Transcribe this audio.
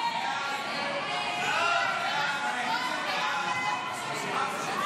להעביר את הצעת